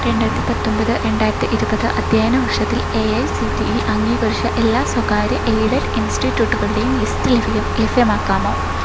രണ്ടായിരത്തി പത്തൊമ്പത് രണ്ടായിരത്തി ഇരുപത് അധ്യയന വർഷത്തിൽ A I C T E അംഗീകരിച്ച എല്ലാ സ്വകാര്യ എയ്ഡഡ് ഇൻസ്റ്റിറ്റൂട്ടുകളുടെയും ലിസ്റ്റ് ലഭ്യമാക്കാമോ